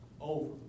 Over